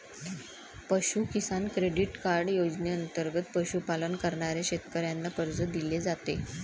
पशु किसान credit card योजनेंतर्गत पशुपालन करणाऱ्या शेतकऱ्यांना कर्ज दिले जाते